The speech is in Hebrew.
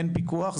אין פיקוח,